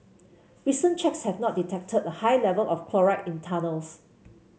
recent checks have not detected a high level of chloride in tunnels